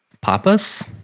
Papas